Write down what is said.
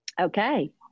Okay